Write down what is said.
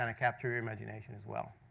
and capture your imagination as well.